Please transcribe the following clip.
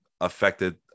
affected